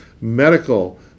medical